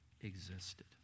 existed